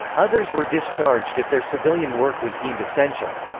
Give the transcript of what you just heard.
others were discharged if their civilian work was deemed essential.